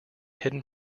hidden